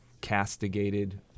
castigated